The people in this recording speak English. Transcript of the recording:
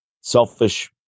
selfish